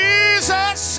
Jesus